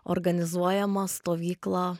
organizuojamą stovyklą